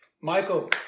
Michael